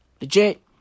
Legit